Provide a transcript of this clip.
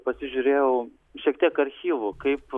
pasižiūrėjau šiek tiek archyvų kaip